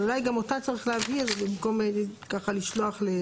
אבל אולי גם אותה צריך להבהיר במקום ככה לשלוח.